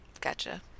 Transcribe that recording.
Gotcha